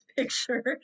Picture